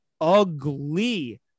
Ugly